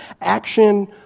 Action